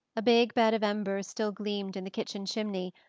a big bed of embers still gleamed in the kitchen chimney,